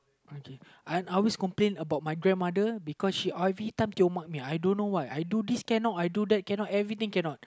okay I I always complain about my grandmother because she everytime I don't know why I do this cannot I do that cannot everything cannot